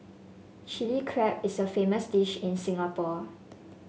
Chilli Crab is a famous dish in Singapore